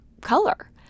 color